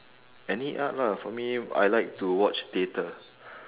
any art lah for me I like to watch theatre